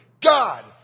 God